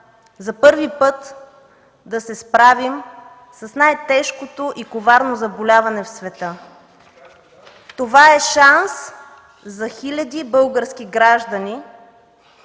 за първи път да се справим с най-тежкото и коварно заболяване в света. Това е шанс за хиляди български граждани